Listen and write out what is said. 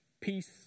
peace